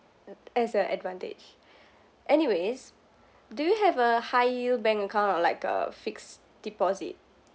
mm as an advantage anyways do you have a high yield bank account or like a fixed deposit